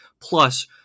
plus